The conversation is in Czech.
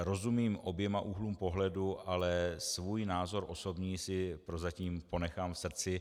Rozumím oběma úhlům pohledu, ale svůj názor osobní si prozatím ponechám v srdci.